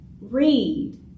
read